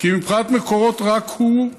כי מבחינת מקורות זה רק הוא,